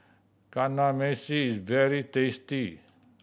kamameshi is very tasty